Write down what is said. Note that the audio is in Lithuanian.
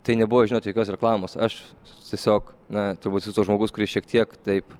tai nebuvo tokios reklamos aš tiesiog na turbūt esu toks žmogus kuris šiek tiek taip